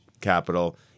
capital